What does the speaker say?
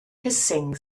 hissing